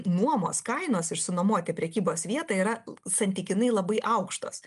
nuomos kainos išsinuomoti prekybos vietą yra santykinai labai aukštos